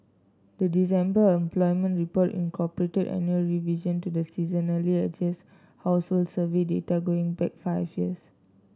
the December employment report incorporated annual revision to the seasonally adjusted household survey data going back five years